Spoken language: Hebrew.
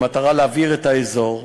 במטרה להבעיר את האזור.